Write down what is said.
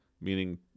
meaning